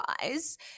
guys